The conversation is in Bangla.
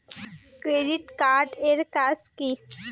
ক্রেডিট কার্ড এর কাজ কি?